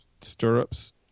Stirrups